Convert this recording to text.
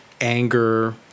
anger